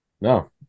No